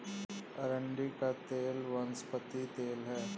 अरंडी का तेल वनस्पति तेल है